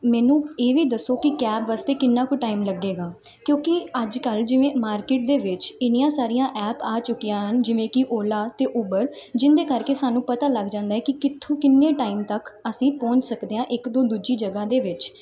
ਮੈਨੂੰ ਇਹ ਵੀ ਦੱਸੋ ਕਿ ਕੈਬ ਵਾਸਤੇ ਕਿੰਨਾ ਕੁ ਟਾਈਮ ਲੱਗੇਗਾ ਕਿਉਂਕਿ ਅੱਜ ਕੱਲ੍ਹ ਜਿਵੇਂ ਮਾਰਕੀਟ ਦੇ ਵਿੱਚ ਇੰਨੀਆਂ ਸਾਰੀਆਂ ਐਪ ਆ ਚੁੱਕੀਆਂ ਹਨ ਜਿਵੇਂ ਕਿ ਓਲਾ ਅਤੇ ਉਬਰ ਜਿਹਦੇ ਕਰਕੇ ਸਾਨੂੰ ਪਤਾ ਲੱਗ ਜਾਂਦਾ ਕਿ ਕਿੱਥੋਂ ਕਿੰਨੇ ਟਾਈਮ ਤੱਕ ਅਸੀਂ ਪਹੁੰਚ ਸਕਦੇ ਹਾਂ ਇੱਕ ਤੋਂ ਦੂਜੀ ਜਗ੍ਹਾ ਦੇ ਵਿੱਚ